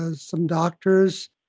ah some doctors,